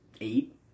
eight